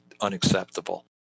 unacceptable